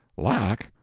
lack!